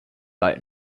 boat